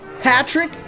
Patrick